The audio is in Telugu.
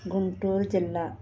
గుంటూరు జిల్లా